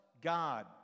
God